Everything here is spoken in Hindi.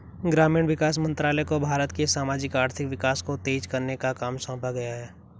ग्रामीण विकास मंत्रालय को भारत के सामाजिक आर्थिक विकास को तेज करने का काम सौंपा गया है